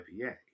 IPA